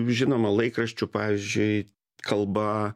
žinoma laikraščių pavyzdžiui kalba